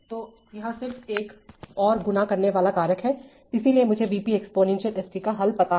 तो यह सिर्फ एक और गुणा करने वाला कारक है इसलिए मुझे V p exponential s t का हल पता है